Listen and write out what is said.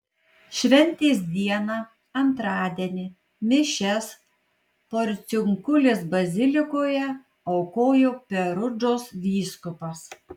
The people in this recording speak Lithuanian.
šventės dieną antradienį mišias porciunkulės bazilikoje aukojo perudžos vyskupas